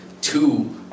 two